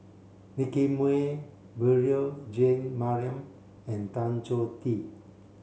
Nicky Moey Beurel Jean Marie and Tan Choh Tee